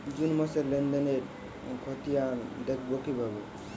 June মাসের লেনদেনের খতিয়ান দেখবো কিভাবে?